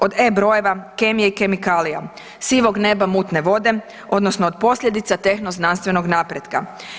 Od E brojeva, kemije i kemikalija, sivog neba, mutne vode odnosno od posljedica tehno-znanstvenog napretka.